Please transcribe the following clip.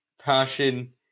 passion